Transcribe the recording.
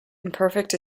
imperfect